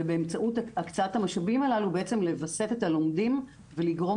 ובאמצעות הקצאת המשאבים הללו בעצם לווסת את הלומדים ולגרום